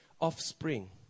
offspring